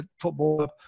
football